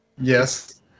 yes